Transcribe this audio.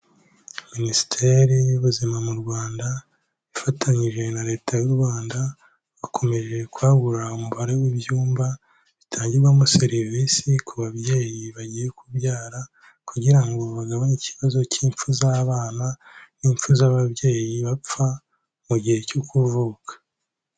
Minisiteri y'Ubuzima mu Rwanda, ifatanyije na Leta y'u Rwanda, bakomeje kwagura umubare w'ibyumba bitangirwamo serivisi ku babyeyi bagiye kubyara kugira ngo bagabanye ikibazo cy'ipfu z'abana n'imfu z'ababyeyi bapfa mu gihe cyo kuvuka.